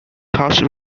thus